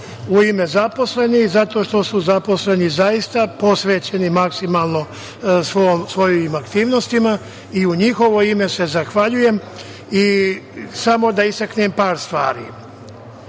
u ime zaposlenih zato što su zaposleni zaista posvećeni maksimalnom svojim aktivnostima i u njihovo ime se zahvaljujem i samo da istaknem par stvari.